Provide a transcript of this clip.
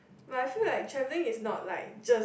but I feel like travelling is not like just